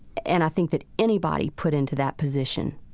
and i think that anybody put into that position,